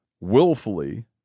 willfully